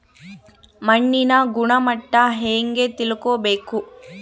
ಮಣ್ಣಿನ ಗುಣಮಟ್ಟ ಹೆಂಗೆ ತಿಳ್ಕೊಬೇಕು?